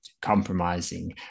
compromising